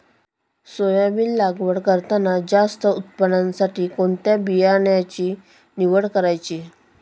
Soybean लागवड करताना जास्त उत्पादनासाठी कोणत्या बियाण्याची निवड करायची?